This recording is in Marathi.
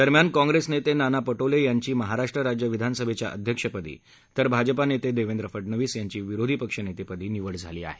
दरम्यान काँग्रेस नेते नाना पटोले यांची महाराष्ट्र राज्य विधानसभेच्या अध्यक्षपदी तर भाजपा नेते देवेंद्र फडणवीस यांची विरोधी पक्ष नेतेपदी निवड झाली आहे